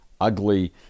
ugly